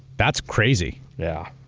that's crazy! yeah.